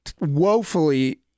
woefully